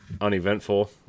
uneventful